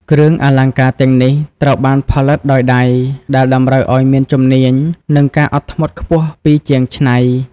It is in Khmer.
គ្រឿងអលង្ការទាំងនេះត្រូវបានផលិតដោយដៃ ដែលតម្រូវឱ្យមានជំនាញ និងការអត់ធ្មត់ខ្ពស់ពីជាងច្នៃ។